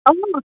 آ